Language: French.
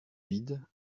vide